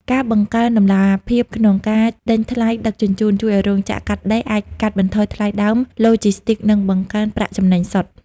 ការបង្កើនតម្លាភាពក្នុងការដេញថ្លៃដឹកជញ្ជូន ជួយឱ្យរោងចក្រកាត់ដេរអាចកាត់បន្ថយថ្លៃដើមឡូជីស្ទីក និងបង្កើនប្រាក់ចំណេញសុទ្ធ។